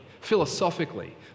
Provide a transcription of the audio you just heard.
philosophically